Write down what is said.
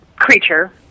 creature